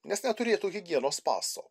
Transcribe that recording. nes neturėtų higienos paso